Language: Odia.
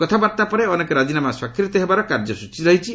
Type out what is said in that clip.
କଥାବାର୍ତ୍ତା ପରେ ଅନେକ ରାଜିନାମା ସ୍ୱାକ୍ଷରିତ ହେବାର କାର୍ଯ୍ୟସ୍ଚୀ ରହିଛି